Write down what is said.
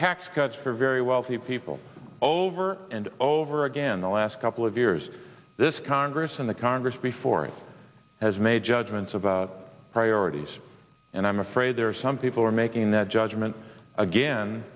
tax cuts for very wealthy people over and over again the last couple of years this congress in the congress before it has made judgments about priorities and i'm afraid there are some people are making that judgment again